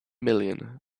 million